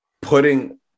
putting